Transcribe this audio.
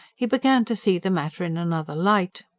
he began to see the matter in another light.